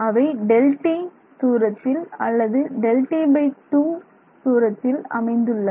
அவை Δt தூரத்தில் அல்லது Δt2 அமைந்துள்ளன